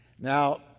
Now